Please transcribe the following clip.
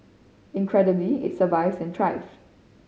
incredibly it survives and thrives